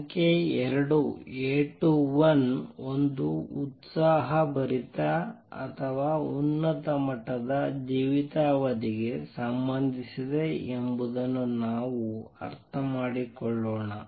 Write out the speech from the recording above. ಸಂಖ್ಯೆ ಎರಡು A21 ಒಂದು ಉತ್ಸಾಹಭರಿತ ಅಥವಾ ಉನ್ನತ ಮಟ್ಟದ ಜೀವಿತಾವಧಿಗೆ ಸಂಬಂಧಿಸಿದೆ ಎಂಬುದನ್ನು ನಾವು ಅರ್ಥಮಾಡಿಕೊಳ್ಳೋಣ